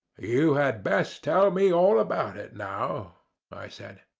you had best tell me all about it now i said.